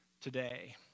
today